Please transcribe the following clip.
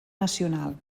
nacional